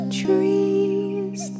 trees